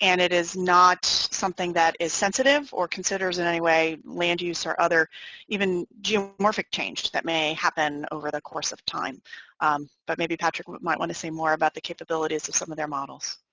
and it is not something that is sensitive or considers in any way land-use or other even geomorphic change that may happen over the course of time but maybe patrick might want to say more about the capabilities of some of their models.